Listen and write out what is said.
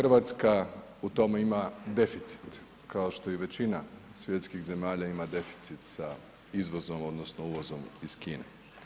RH u tome ima deficit, kao što i većina svjetskih zemalja ima deficit sa izvozom odnosno uvozom iz Kine.